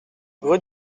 rue